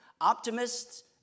Optimists